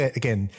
again